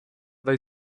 dai